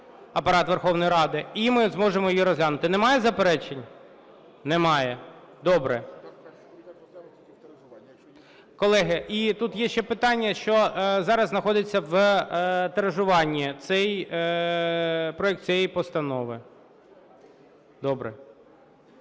Апарат Верховної Ради, і ми зможемо її розглянути. Немає заперечень? Немає. Добре. Колеги, і тут є ще питання, що зараз знаходиться в тиражуванні проект цієї постанови.